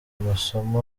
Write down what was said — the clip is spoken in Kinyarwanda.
amasomo